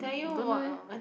don't know eh